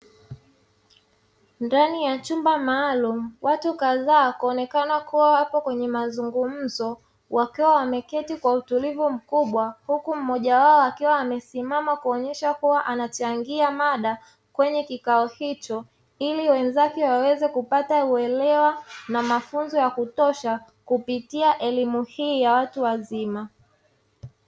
Ndani ya chumba maalumu, watu kadhaa kuonekana kuwa hapo kwenye mazungumzo, wakiwa wameketi kwa utulivu mkubwa huku mmoja wao akiwa amesimama kuonyesha kuwa anachangia mada kwenye kikao hicho, ili wenzake waweze kupata uelewa na mafunzo ya kutosha kupitia elimu hii ya watu wazima.